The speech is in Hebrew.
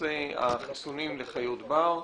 לנושא החיסונים לחיות בר,